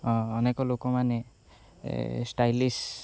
ଅନେକ ଲୋକମାନେ ଷ୍ଟାଇଲିଶ